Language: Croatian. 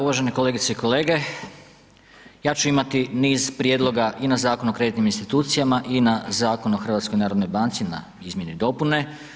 Uvažene kolegice i kolege, ja ću imati niz prijedloga i na Zakon o kreditnim institucija i na Zakon o HNB-u na izmjene i dopune.